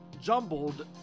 jumbled